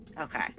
Okay